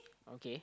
okay